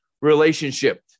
relationship